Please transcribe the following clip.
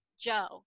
Joe